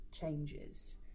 changes